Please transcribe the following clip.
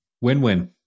Win-win